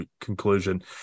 conclusion